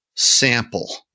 Sample